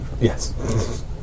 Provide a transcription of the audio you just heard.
Yes